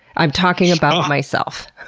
i'm talking about myself.